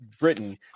Britain